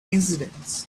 incidents